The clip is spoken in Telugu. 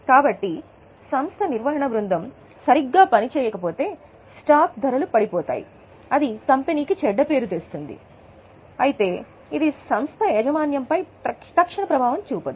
కాబట్టి సంస్థ నిర్వహణ బృందం సరిగ్గా పని చేయకపోతే స్టాక్ ధరలు పడిపోతాయి అది కంపెనీకి చెడ్డ పేరు తెస్తుంది అయితే ఇది సంస్థ యజమాన్యం పై తక్షణ ప్రభావం చూపదు